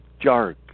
Jark